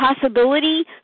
possibility